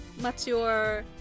mature